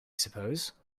suppose